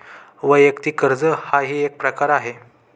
वैयक्तिक कर्ज हाही एक प्रकार आहे